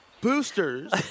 Boosters